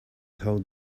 told